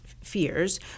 fears